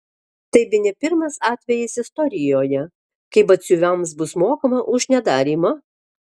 tai bene pirmas atvejis istorijoje kai batsiuviams bus mokama už nedarymą